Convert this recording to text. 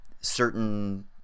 certain